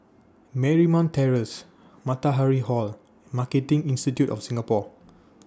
Marymount Terrace Matahari Hall and Marketing Institute of Singapore